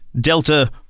Delta